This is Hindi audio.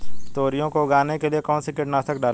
तोरियां को उगाने के लिये कौन सी कीटनाशक डालें?